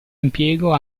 impiego